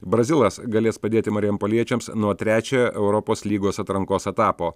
brazilas galės padėti marijampoliečiams nuo trečiojo europos lygos atrankos etapo